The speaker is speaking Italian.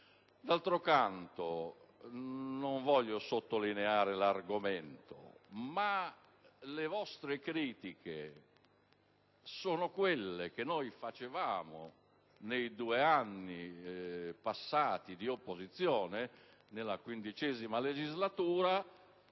D'altro canto, non voglio sottolineare l'argomento, ma le vostre critiche sono quelle che noi facevamo nei due anni passati di opposizione, nella XV legislatura,